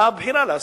הבחירה לאסירים,